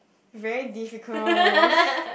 very difficult